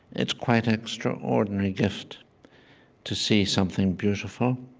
it's quite an extraordinary gift to see something beautiful,